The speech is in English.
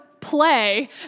play